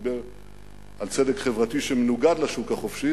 שדיבר על צדק חברתי שמנוגד לשוק החופשי,